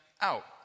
out